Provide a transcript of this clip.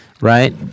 right